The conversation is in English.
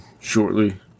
shortly